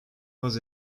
was